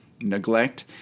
Neglect